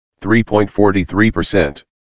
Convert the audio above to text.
3.43%